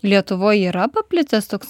lietuvoj yra paplitęs toks